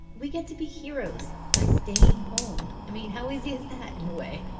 we get to be heroes by staying home. i mean, how easy is that, in a way?